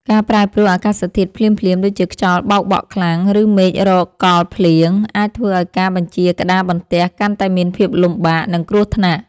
ការប្រែប្រួលអាកាសធាតុភ្លាមៗ ដូចជាខ្យល់បោកបក់ខ្លាំង ឬមេឃរកកលភ្លៀង អាចធ្វើឱ្យការបញ្ជាក្តារបន្ទះកាន់តែមានភាពលំបាក និងគ្រោះថ្នាក់។